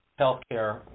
healthcare